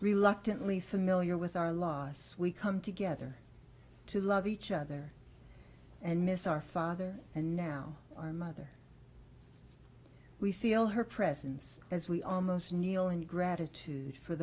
reluctant lee familiar with our loss we come together to love each other and miss our father and now our mother we feel her presence as we almost kneel in gratitude for